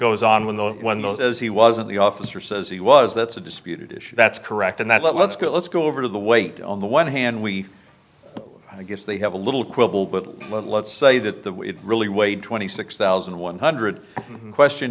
goes on when the when the as he wasn't the officer says he was that's a disputed issue that's correct and that's let's go let's go over to the weight on the one hand we i guess they have a little quibble but let's say that that really weighed twenty six thousand one hundred question